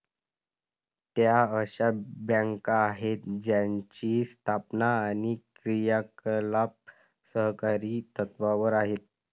त्या अशा बँका आहेत ज्यांची स्थापना आणि क्रियाकलाप सहकारी तत्त्वावर आहेत